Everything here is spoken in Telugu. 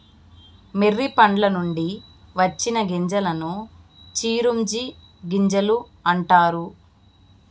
మొర్రి పండ్ల నుంచి వచ్చిన గింజలను చిరోంజి గింజలు అంటారు